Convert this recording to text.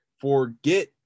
forget